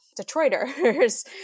Detroiters